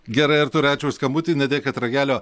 gerai artūrai ačiū už skambutį nedėkit ragelio